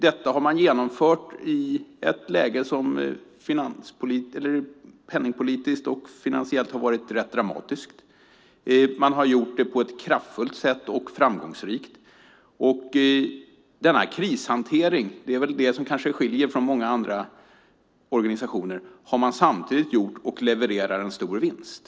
Detta har man genomfört i ett läge som penningpolitiskt och finansiellt har varit rätt dramatiskt. Man har gjort det på ett kraftfullt och framgångsrikt sätt. Denna krishantering - det är väl det som kanske skiljer Riksbanken från många andra organisationer - har man gjort samtidigt som man levererar en stor vinst.